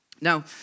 Now